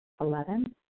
Eleven